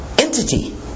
entity